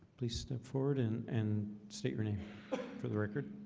please step forward and and state your name for the record